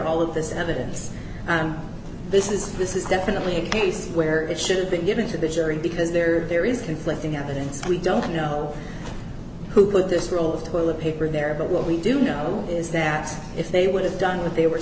all of this evidence and this is this is definitely a case where it should have been given to the jury because there there is conflicting evidence we don't know who put this roll of toilet paper there but what we do know is that if they would have done what they were